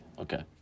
Okay